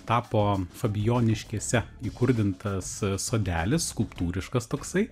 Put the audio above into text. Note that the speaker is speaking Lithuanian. tapo fabijoniškėse įkurdintas sodelis skulptūriškas toksai